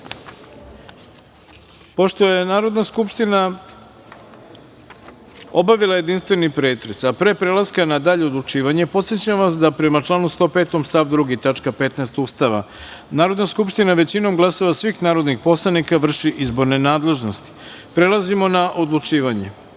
je Narodna skupština obavila jedinstveni pretres, a pre prelaska na dalje odlučivanje, podsećam vas da, prema članu 105. stav 2. tačka 15. Ustava Republike Srbije, Narodna skupština većinom glasova svih narodnih poslanika vrši izborne nadležnosti. Prelazimo na odlučivanje. Sedma